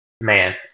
man